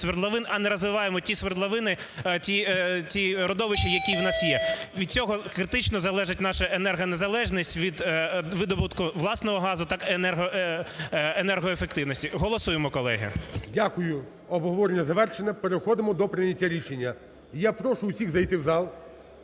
а не розвиваємо ті свердловини, ті родовища, які у нас є? Від цього критично залежить наша енергонезалежність від видобутку власного газу та енергоефективності. Голосуємо, колеги. ГОЛОВУЮЧИЙ. Дякую. Обговорення завершене, переходимо до прийняття рішення. Я прошу всіх зайти в зал,